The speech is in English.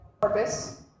purpose